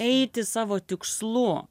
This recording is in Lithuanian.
eiti savo tikslu